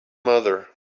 mother